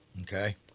Okay